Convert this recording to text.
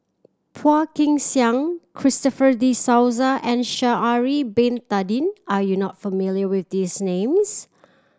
Phua Kin Siang Christopher De Souza and Sha'ari Bin Tadin are you not familiar with these names